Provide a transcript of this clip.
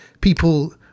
people